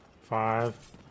five